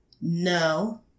No